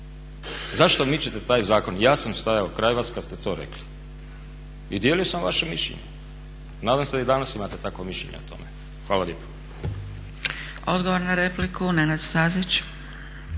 Zašto mičete taj zakon? Ja sam stajao kraj vas kad ste to rekli. I dijelio sam vaše mišljenje. Nadam se da i danas imate takvo mišljenje o tome. Hvala lijepo.